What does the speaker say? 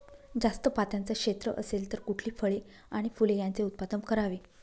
जास्त पात्याचं क्षेत्र असेल तर कुठली फळे आणि फूले यांचे उत्पादन करावे?